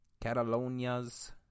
Catalonia's